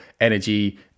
energy